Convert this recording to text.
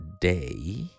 day